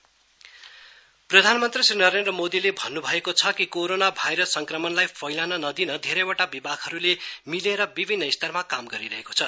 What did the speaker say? PM corona प्रधानमन्त्री श्री नरेन्द्र मोदीले भन्न्भएको छ कि कोरोना भाइरस संक्रमणलाई फैलन नदिन धेरैवटा विभागहरूले मिलेर वि स्तरमा काम गरिरहेको छ